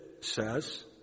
says